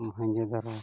Mohenjodaro